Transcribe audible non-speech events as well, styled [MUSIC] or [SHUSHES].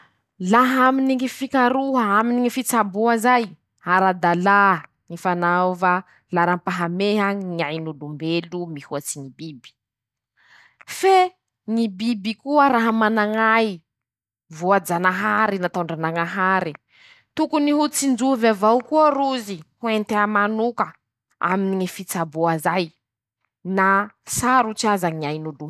Laha aminy ñy fikaroha aminy ñy fitsaboa zay: -Ara-dàla ñy fanaova laharam-pahameha ñy ain'olombelo mihoatsy ñy biby, [SHUSHES] fe ,ñy biby koa raha manan-ñ'ay [SHUSHES] voajanahary nataon-dranañahare, [SHUSHES] tokony ho tsinjovy avao koa rozy ho entea manoka aminy ñy fitsaboa zay na sarotsy aza ñy ain'olombelo.